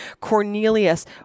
cornelius